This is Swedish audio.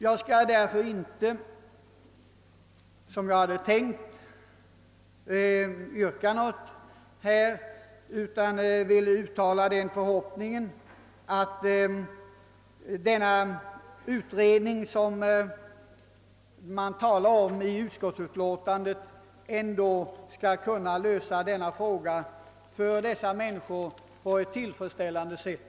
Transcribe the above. Jag har därför inte något yrkande utan vill endast uttala den förhoppningen, att .den utredning som man talar om i utskottsutlåtandet skall kunna lösa.-denna fråga på ett för dessa människor tillfredsställande sätt.